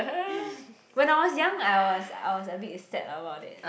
when I was young I was I was a bit sad about it